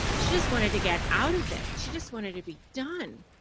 she just wanted to get out of it. she just wanted to be done.